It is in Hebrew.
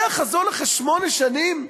זה החזון אחרי שמונה שנים?